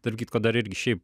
tarp kitko dar irgi šiaip